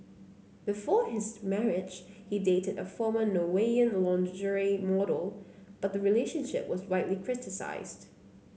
before his marriage he dated a former Norwegian lingerie model but the relationship was widely criticised